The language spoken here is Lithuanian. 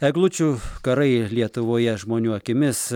eglučių karai lietuvoje žmonių akimis